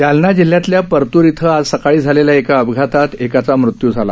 जालना जिल्ह्यातल्या परतूर इथं आज सकाळी झालेल्या एका अपघातात एकाचा मृत्यू झाला